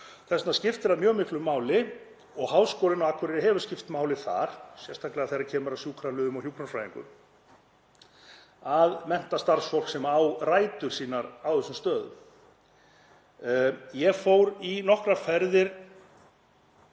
vegna skiptir það mjög miklu máli, og Háskólinn á Akureyri hefur skipt máli þar, sérstaklega þegar kemur að sjúkraliðum og hjúkrunarfræðingum, að mennta starfsfólk sem á rætur sínar á þessum stöðum. Ég fór í nokkrar ferðir